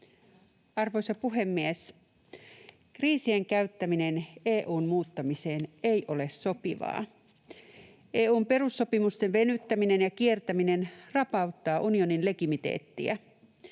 Arvoisa puhemies! Kriisien käyttäminen EU:n muuttamiseen ei ole sopivaa. EU:n perussopimusten venyttäminen ja kiertäminen rapauttavat unionin legitimiteettiä.